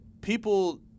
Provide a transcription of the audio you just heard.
people